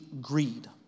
greed